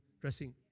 dressing